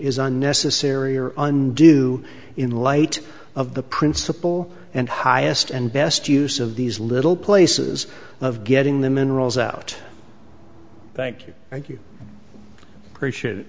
is unnecessary or undue in light of the principle and highest and best use of these little places of getting the minerals out thank you thank you appreciate it